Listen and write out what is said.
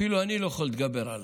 אפילו אני לא יכול להתגבר על